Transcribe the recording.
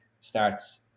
starts